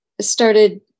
started